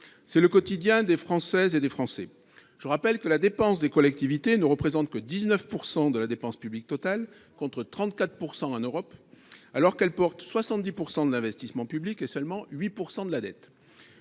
C’est le quotidien des Françaises et des Français. Je le rappelle, les dépenses des collectivités ne représentent que 19 % de la dépense publique totale, contre 34 % en Europe, alors que celles ci assument 70 % de l’investissement public, pour seulement 8 % de la dette.